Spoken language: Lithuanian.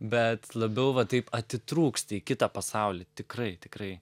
bet labiau va taip atitrūksti į kitą pasaulį tikrai tikrai